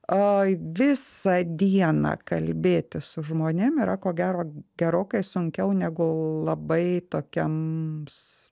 a visą dieną kalbėti su žmonėm yra ko gero gerokai sunkiau negu labai tokiam s